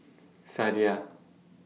Sadia